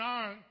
on